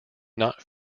not